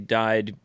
died